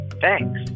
Thanks